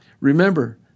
Remember